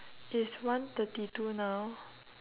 it's one thirty two now